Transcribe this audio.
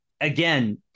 again